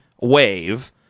WAVE